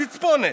פצפונת,